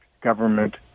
government